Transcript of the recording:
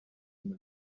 y’uyu